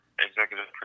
executive